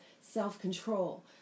self-control